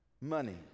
money